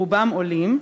רובם עולים,